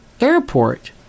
airport